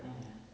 mm